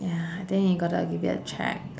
ya I think you gotta give it a check